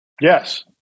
yes